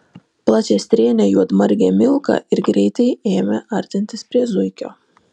plačiastrėnė juodmargė milka ir greitai ėmė artintis prie zuikio